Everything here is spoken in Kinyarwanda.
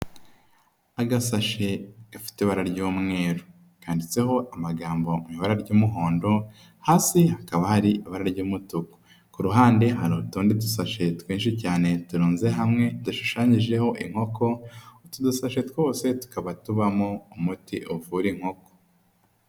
Agasashi gafite ibara ry'umweru kanditseho amagambo mu ibara ry'umuhondo, hasi hakaba hari ibara ry'umutuku. Ku ruhande hari utundi dusashe twinshi cyane turunze hamwe dushushanyijeho inkoko, utu dusashe twose tukaba tubamo umuti uvura inkoko.